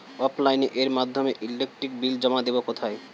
অফলাইনে এর মাধ্যমে ইলেকট্রিক বিল জমা দেবো কোথায়?